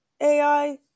AI